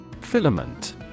Filament